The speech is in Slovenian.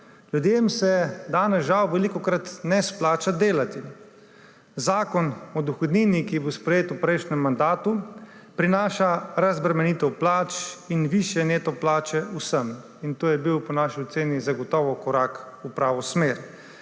Ljudem se danes žal velikokrat ne splača delati. Zakon o dohodnini, ki je bil sprejet v prejšnjem mandatu, prinaša razbremenitev plač in višje neto plače vsem. To je bil po naši oceni zagotovo korak v pravo smer.